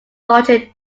largely